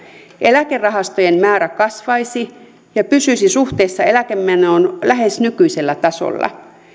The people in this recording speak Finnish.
eläkerahastojen määrä kasvaisi ja pysyisi suhteessa eläkemenoon lähes nykyisellä tasolla